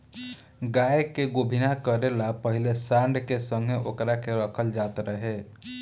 गाय के गोभिना करे ला पाहिले सांड के संघे ओकरा के रखल जात रहे